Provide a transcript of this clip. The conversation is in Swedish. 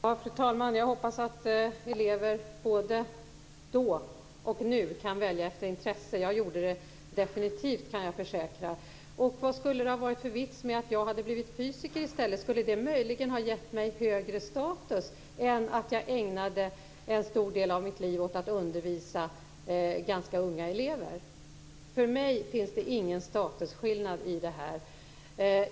Fru talman! Jag hoppas att elever tidigare har kunnat och i dag kan välja efter intresse. Jag gjorde det definitivt, kan jag försäkra. Vad skulle det ha varit för vits med att jag i stället hade blivit fysiker? Skulle det möjligen ha gett mig en högre status än vad jag har fått genom att ägna en stor del av mitt liv åt att undervisa ganska unga elever? För mig finns det ingen statusskillnad i det här sammanhanget.